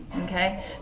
okay